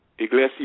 Iglesia